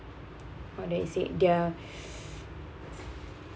what do I say their